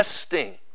testing